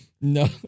No